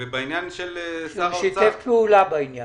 אני חייב לומר: הוא שיתף פעולה בעניין.